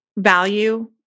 value